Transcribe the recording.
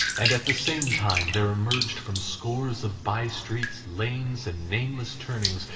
and at the same time there emerged from scores of bye-streets, lanes, and nameless turnings,